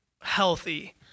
healthy